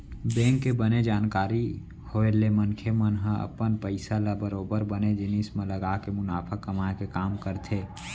bank के बने जानकारी होय ले मनखे मन ह अपन पइसा ल बरोबर बने जिनिस म लगाके मुनाफा कमाए के काम करथे